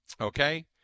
Okay